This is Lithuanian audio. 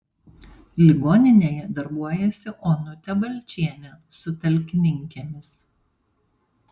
ligoninėje darbuojasi onutė balčienė su talkininkėmis